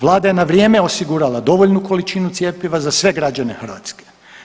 Vlada je na vrijeme osigurala dovoljnu količinu cjepiva za sve građane Hrvatske.